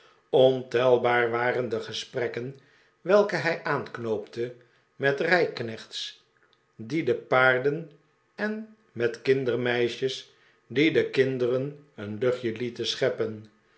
ontelbaar waren de gesprekken welke hij aanknoopte met rijknechts die de paarden en met kindermeisjes die de kinderen een luchtje lieten scheppen